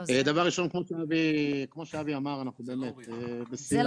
דבר ראשון, כמו שאבי אמר אנחנו באמת בשיח